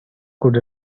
could